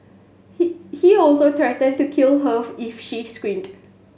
he he also threatened to kill her if she screamed